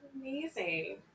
Amazing